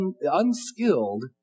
unskilled